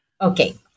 Okay